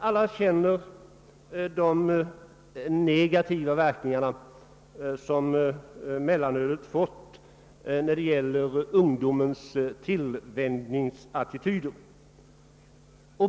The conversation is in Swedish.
Alla känner till de negativa verkningar som mellanölet har fått på ungdomens tillvänjning och attityder.